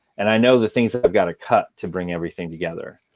and i know the things that i've got to cut to bring everything together.